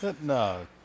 No